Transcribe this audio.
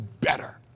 better